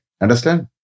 Understand